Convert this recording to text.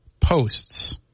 posts